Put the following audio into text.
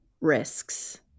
risks